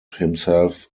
himself